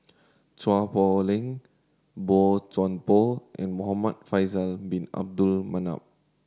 Chua Poh Leng Boey Chuan Poh and Muhamad Faisal Bin Abdul Manap